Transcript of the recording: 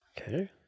Okay